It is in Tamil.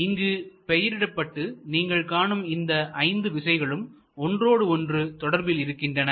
இங்கு பெயரிடப்பட்டு நீங்கள் காணும் இந்த ஐந்து விசைகளும் ஒன்றோடு ஒன்று தொடர்பில் இருக்கின்றன